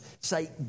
say